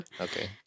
Okay